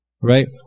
right